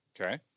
Okay